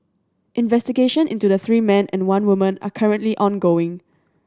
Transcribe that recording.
investigation into the three men and one woman are currently ongoing